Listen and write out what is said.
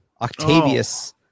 octavius